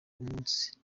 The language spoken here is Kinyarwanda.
umunsi